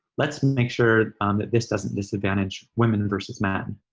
let's make sure that this doesn't disadvantage women versus men.